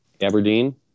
Aberdeen